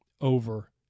over